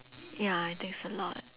ya it takes a lot